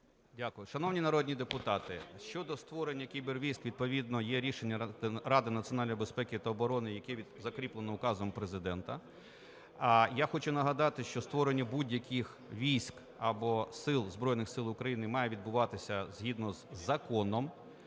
Шановні народні депутати, щодо створення кібервійськ. Відповідно є рішення Ради національної безпеки і оборони, яке закріплено указом Президента. Я хочу нагадати, що створення будь-яких військ або сил Збройних Сил України має відбуватися згідно з законом.